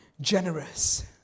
generous